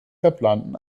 verplanten